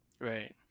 Right